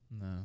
No